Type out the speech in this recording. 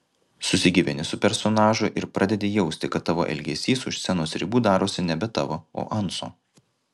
susigyveni su personažu ir pradedi jausti kad tavo elgesys už scenos ribų darosi nebe tavo o anso